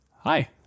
Hi